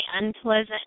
unpleasant